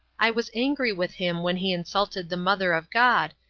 i was angry with him when he insulted the mother of god,